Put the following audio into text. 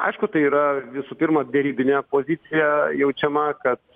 aišku tai yra visų pirma derybinė pozicija jaučiama kad